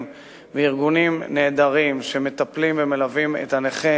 וארגונים נהדרים שמטפלים ומלווים את הנכה